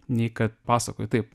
nei kad pasakoj taip